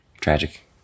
tragic